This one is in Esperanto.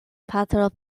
patro